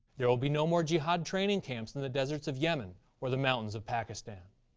there will be no more jihad training camps in the deserts of yemen or the mountains of pakistan.